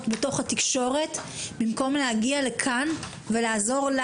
בתקשורת במקום להגיע לכאן ולעזור לנו,